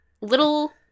little